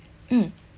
mm